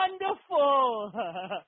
wonderful